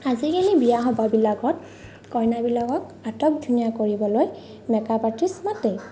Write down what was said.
আজিকালি বিয়া সবাহবিলাকত কইনাবিলাকক আটক ধুনীয়া কৰিবলৈ মেক আপ আৰ্টিষ্ট মাতে